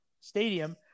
Stadium